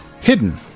Hidden